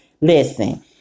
Listen